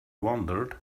wondered